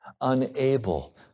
unable